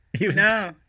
no